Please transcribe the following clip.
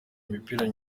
imipira